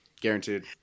Guaranteed